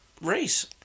race